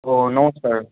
ও নমস্কার